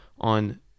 on